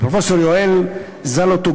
לפרופסור יואל זלוטוגורה,